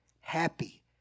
happy